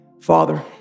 Father